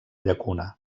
llacuna